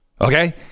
Okay